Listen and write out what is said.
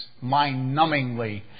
mind-numbingly